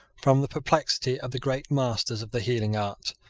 from the perplexity of the great masters of the healing art,